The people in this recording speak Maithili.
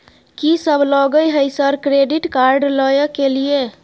कि सब लगय हय सर क्रेडिट कार्ड लय के लिए?